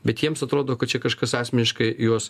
bet jiems atrodo kad čia kažkas asmeniškai juos